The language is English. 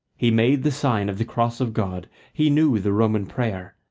he made the sign of the cross of god, he knew the roman prayer,